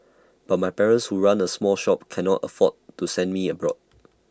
but my parents who run A small shop cannot afford to send me abroad